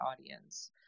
audience